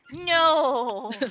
no